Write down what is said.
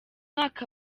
mwaka